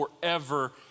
forever